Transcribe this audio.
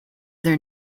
their